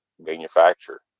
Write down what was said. manufacturer